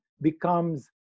becomes